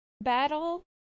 battle